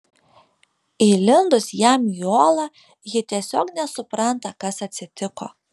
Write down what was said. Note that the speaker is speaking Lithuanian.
įlindus jam į olą ji tiesiog nesupranta kas atsitiko